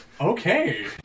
Okay